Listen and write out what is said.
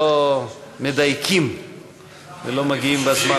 לא מדייקים ולא מגיעים בזמן.